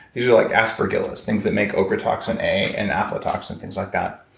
these are like aspergillus, things that make ochratoxin a and aflatoxin things like that.